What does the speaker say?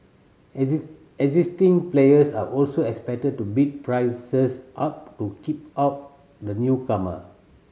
existing players are also expected to bid prices up to keep out the newcomer